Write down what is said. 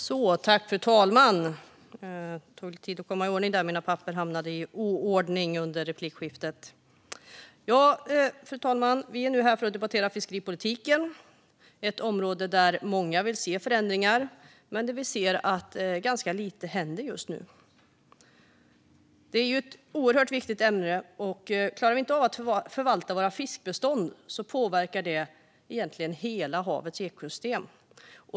Fru talman! Vi är nu här för att debattera fiskeripolitiken. Det är ett område där många vill se förändringar men där vi ser att ganska lite händer just nu. Det är ett oerhört viktigt ämne: Klarar vi inte av att förvalta våra fiskbestånd påverkar det hela havets ekosystem.